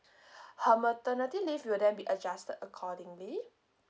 her maternity leave will then be adjusted accordingly